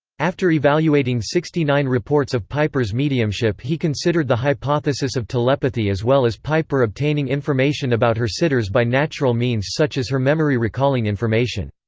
after evaluating sixty-nine reports of piper's mediumship he considered the hypothesis of telepathy as well as piper obtaining information about her sitters by natural means such as her memory recalling information.